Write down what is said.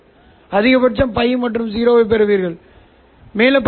எனவே எனது கட்டம் மற்றும் இருபடி கூறுகளுக்கான டி